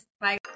Bye